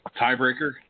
tiebreaker